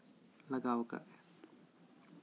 ᱞᱟᱜᱟᱣ ᱟᱠᱟᱫᱟ